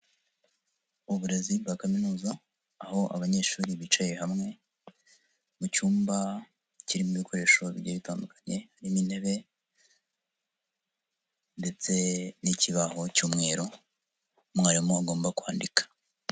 Uburezi bwa kaminuza, aho abanyeshuri bicaye hamwe, mu cyumba kirimo ibikoresho bigiye bitandukanye, hari intebe ndetse n'ikibaho cy'umweru, umwarimu agomba kwandika.